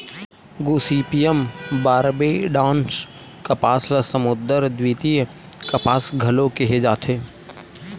Gossypium barbadense कपास ल समुद्दर द्वितीय कपास घलो केहे जाथे